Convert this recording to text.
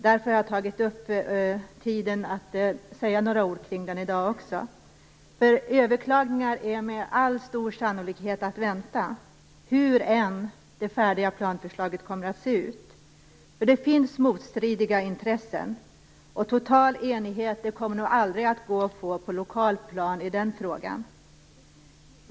Därför tar jag upp tiden med att säga några ord om den i dag också. Överklagningar är med stor sannolikhet att vänta, hur än det färdiga planförslaget kommer att se ut. Det finns motstridiga intressen, och total enighet kommer det nog aldrig att gå att uppnå på det lokala planet i denna fråga.